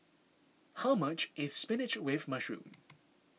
how much is Spinach with Mushroom